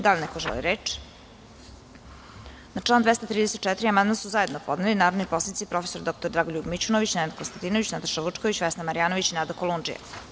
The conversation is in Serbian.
Da li neko želi reč? (Ne) Na član 234. amandman su zajednopodneli narodni poslanici prof. dr Dragoljub Mićunović, Nenad Konstantinović, Nataša Vučković, Vesna Marjanović i Nada Kolundžija.